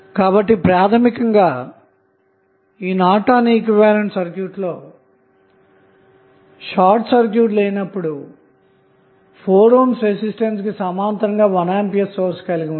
కాబట్టి ప్రాథమికంగా ఈ నార్టన్ ఈక్వివలెంట్ సర్క్యూట్ లో షార్ట్ సర్క్యూట్ లేనప్పుడు 4 ohm రెసిస్టెన్స్ కి సమాంతరంగా 1 A సోర్స్ కలిగి ఉంటుంది